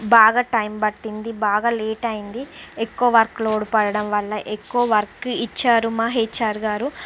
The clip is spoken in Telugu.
బాగా టైం పట్టింది బాగా లేట్ అయింది ఎక్కువ వర్క్ లోడ్ పడడం వల్ల ఎక్కువ వర్క్ ఇచ్చారు మా హెచ్ఆర్ గారు